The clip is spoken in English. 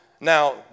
Now